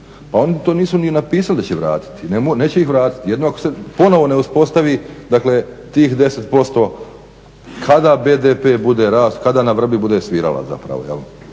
pa oni to nisu ni napisali da će vratiti, neće ih vratiti, jedino ako se ponovo ne uspostavi dakle tih 10% kada BDP bude rast, kada na vrbi bude svirala zapravo.